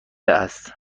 است